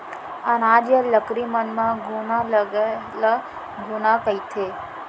अनाज या लकड़ी मन म घुना लगई ल घुनहा कथें